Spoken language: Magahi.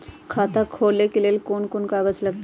खाता खोले ले कौन कौन कागज लगतै?